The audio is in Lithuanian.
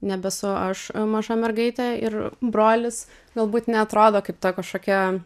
nebesu aš a maža mergaitė ir brolis galbūt neatrodo kaip ta kažkokia